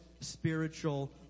spiritual